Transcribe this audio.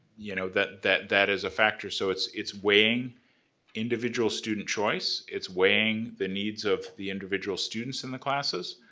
you know, that that is a factor. so it's it's weighing individual student choice, it's weighing the needs of the individual students in the classes,